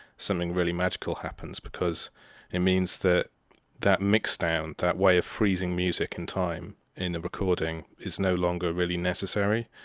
something really magical happens, because it means that that mixdown, that way of freezing music in time in a recording is no longer really necessary.